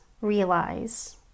realize